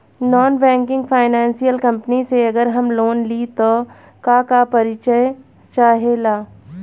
Non banking financial company से अगर हम लोन लि त का का परिचय चाहे ला?